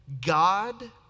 God